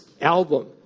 album